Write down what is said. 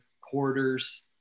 quarters